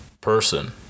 person